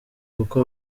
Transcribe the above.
kuko